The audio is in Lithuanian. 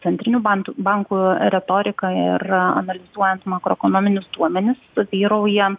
centrinių bantų bankų retoriką ir analizuojant makroekonominius duomenis vyrauja